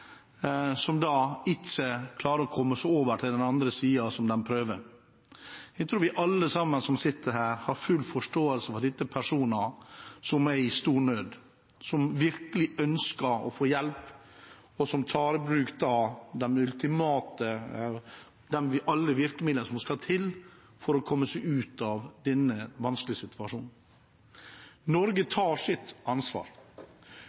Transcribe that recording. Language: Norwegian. som ikke klarer å komme seg over til den andre siden, slik de prøver på. Jeg tror vi alle sammen som sitter her, har full forståelse for at dette er personer som er i stor nød, som virkelig ønsker å få hjelp, og som tar i bruk alle virkemidler som skal til for å komme seg ut av denne vanskelige situasjonen. Norge tar sitt ansvar.